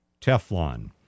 Teflon